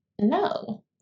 no